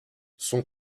son